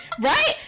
right